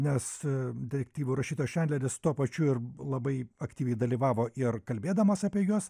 nes detektyvų rašytojas čadleris tuo pačiu ir labai aktyviai dalyvavo ir kalbėdamas apie juos